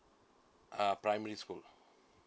uh primary school